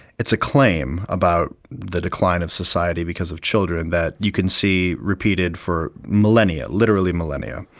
it's a claim about the decline of society because of children that you can see repeated for millennia, literally millennia,